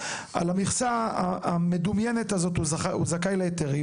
על המכסה המדומיינת הזאת הוא זכאי להיתרים,